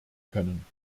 können